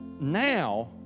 now